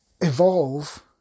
evolve